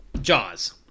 jaws